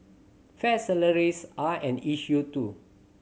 fair salaries are an issue too